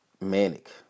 manic